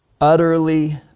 Utterly